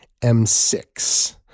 M6